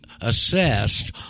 assessed